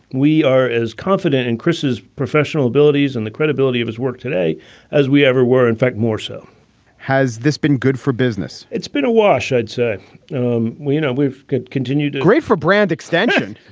we are as confident in chris's professional abilities and the credibility of his work today as we ever were, in fact, more so has this been good for business? it's been a wash, i'd say um we you know we've continued to great for brand extension.